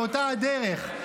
באותה הדרך.